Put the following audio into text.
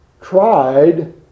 tried